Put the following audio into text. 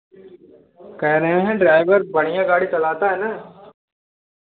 केह रहे हैं ड्राइवर बढ़िया गाड़ी चलाता है ना